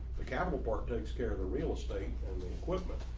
the capital part takes care of the real estate and the equipment.